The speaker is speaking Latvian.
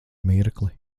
mirkli